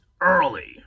early